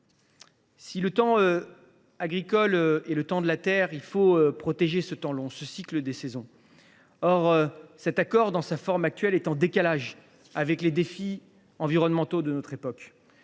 Si le temps agricole est le temps de la terre, il faut aussi protéger le temps long, le cycle des saisons. Or dans sa forme actuelle, cet accord est en décalage avec les défis environnementaux de notre époque.